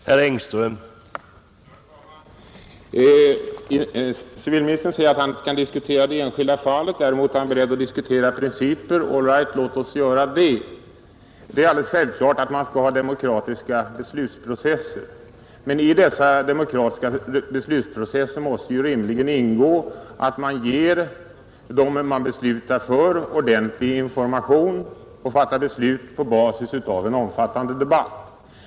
Herr talman! Civilministern säger att han inte kan diskutera det enskilda fallet. Däremot är han beredd att diskutera principer. All right, låt oss göra det. Det är självklart att man skall ha demokratiska beslutsprocesser. Men i dessa demokratiska beslutsprocesser måste ju rimligen ingå att man ger dem för vilka man beslutar ordentlig information och fattar besluten på basis av en omfattande debatt.